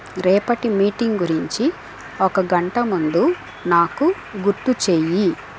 రేపటి మీటింగ్ గురించి ఒక గంట ముందు నాకు గుర్తు చెయ్యి